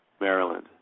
Maryland